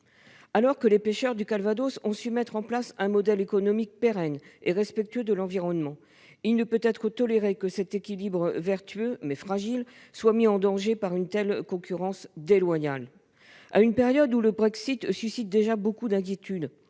Alors que les pêcheurs du Calvados ont su mettre en place un modèle économique pérenne et respectueux de l'environnement, il ne peut être toléré que cet équilibre vertueux, mais fragile, soit mis en danger par une telle concurrence déloyale. Dans une période où le Brexit suscite déjà beaucoup d'inquiétudes,